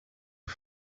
her